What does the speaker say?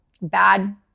bad